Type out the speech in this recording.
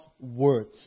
words